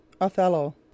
Othello